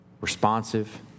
responsive